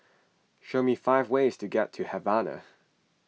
show me five ways to get to Havana